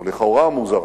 או לכאורה מוזרה,